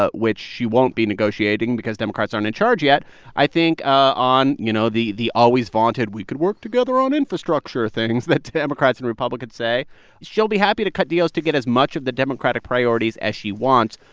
ah which she won't be negotiating because democrats aren't in charge yet i think on, you know, the the always-vaunted, we could work together on infrastructure, things that democrats and republicans say she'll be happy to cut deals to get as much of the democratic priorities as she wants.